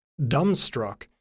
dumbstruck